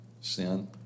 sin